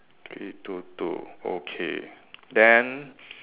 three two two okay then